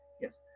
yes